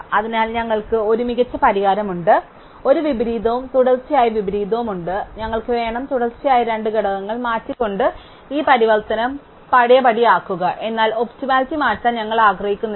അതിനാൽ ഞങ്ങൾക്ക് ഒരു മികച്ച പരിഹാരമുണ്ട് ഞങ്ങൾക്ക് ഒരു വിപരീതവും തുടർച്ചയായ വിപരീതവുമുണ്ട് ഞങ്ങൾക്ക് വേണം തുടർച്ചയായ രണ്ട് ഘടകങ്ങൾ മാറ്റിക്കൊണ്ട് ഈ പരിവർത്തനം പഴയപടിയാക്കുക എന്നാൽ ഒപ്റ്റിമലിറ്റി മാറ്റാൻ ഞങ്ങൾ ആഗ്രഹിക്കുന്നില്ല